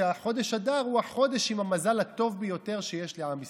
שחודש אדר הוא החודש עם המזל הטוב ביותר שיש לעם ישראל.